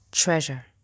treasure